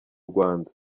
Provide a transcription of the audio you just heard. rwanda